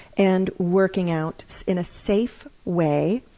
and working out in a safe way